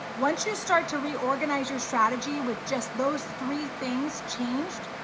once you start to reorganize your strategy with just those three things changed,